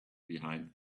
behind